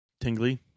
tingly